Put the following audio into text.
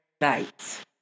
night